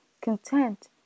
content